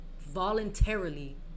voluntarily